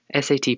SAT